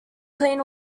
clean